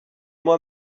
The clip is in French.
moi